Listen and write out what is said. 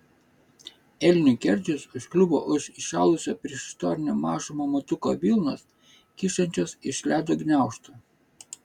elnių kerdžius užkliuvo už įšalusio priešistorinio mažo mamutuko vilnos kyšančios iš ledo gniaužtų